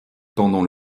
pendant